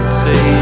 say